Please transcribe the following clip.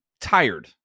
tired